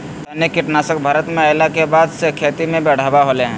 रासायनिक कीटनासक भारत में अइला के बाद से खेती में बढ़ावा होलय हें